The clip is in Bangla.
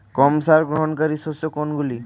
কম সার গ্রহণকারী শস্য কোনগুলি?